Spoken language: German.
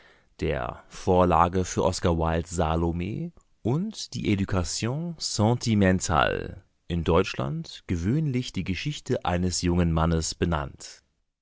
der vorlage für oskar wildes salome und die education sentimentale in deutschland gewöhnlich die geschichte eines jungen mannes benannt